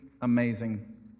amazing